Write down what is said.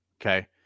okay